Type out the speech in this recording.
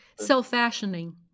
Self-fashioning